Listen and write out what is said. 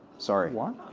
sorry. what?